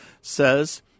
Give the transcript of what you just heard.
says